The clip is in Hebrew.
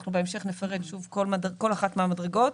בהמשך נפרט כל אחת מהמדרגות.